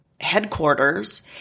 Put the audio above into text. headquarters